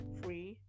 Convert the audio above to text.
free